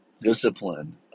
discipline